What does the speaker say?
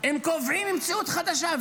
הם קובעים מציאות חדשה.